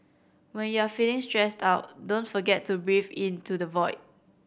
when you are feeling stressed out don't forget to breathe into the void